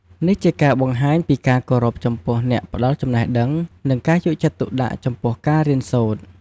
នេះជាការបង្ហាញពីការគោរពចំពោះអ្នកផ្តល់ចំណេះដឹង និងការយកចិត្តទុកដាក់ចំពោះការរៀនសូត្រ។